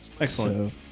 Excellent